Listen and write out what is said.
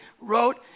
wrote